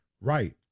Right